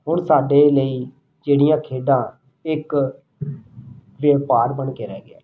ਹੁਣ ਸਾਡੇ ਲਈ ਜਿਹੜੀਆਂ ਖੇਡਾਂ ਇੱਕ ਵਪਾਰ ਬਣ ਕੇ ਰਹਿ ਗਿਆ